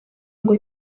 ngo